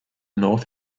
north